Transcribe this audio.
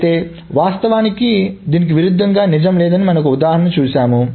అయితే వాస్తవానికి దీనికి విరుద్ధంగా నిజం లేదని మనం ఒక ఉదాహరణ చూశాము